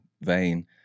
vain